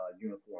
uniform